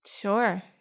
Sure